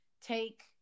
take